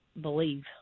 believe